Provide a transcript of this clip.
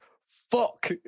Fuck